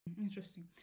interesting